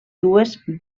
dues